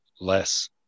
less